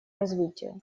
развитию